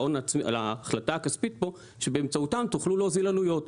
להחלטה הכספית פה תוכלו להוזיל עלויות.